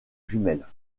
jumelle